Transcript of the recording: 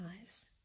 eyes